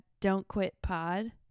don'tquitpod